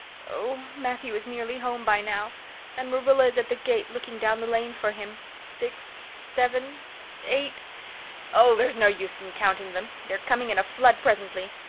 oh, matthew is nearly home by now and marilla is at the gate, looking down the lane for him six seven eight oh, there's no use in counting them! they're coming in a flood presently.